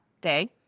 day